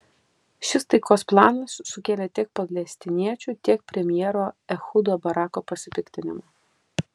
šis taikos planas sukėlė tiek palestiniečių tiek premjero ehudo barako pasipiktinimą